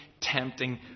tempting